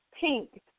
Pink